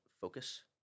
focus